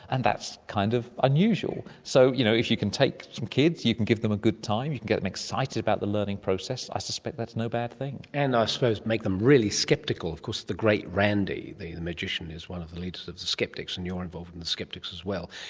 and that's kind of unusual. so you know if you can take some kids, you can give them a good time, you can get them excited about the learning process, i suspect that's no bad thing. and i suppose make them really sceptical. of course the great randy, the the magician, is one of the leaders of the sceptics and you're involved in the sceptics as well.